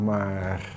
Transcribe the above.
Maar